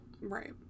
Right